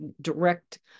direct